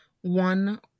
one